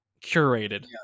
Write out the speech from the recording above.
curated